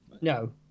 No